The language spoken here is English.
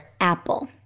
Apple